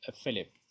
Philip